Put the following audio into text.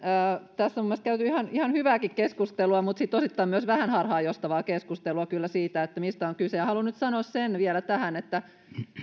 tässä on mielestäni käyty ihan ihan hyvääkin keskustelua mutta sitten osittain kyllä myös vähän harhaanjohtavaa keskustelua siitä mistä on kyse ja haluan nyt sanoa sen vielä tähän että